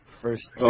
first